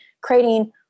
creating